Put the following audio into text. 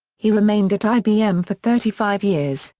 he remained at ibm for thirty five years,